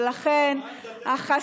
ולכן,